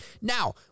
Now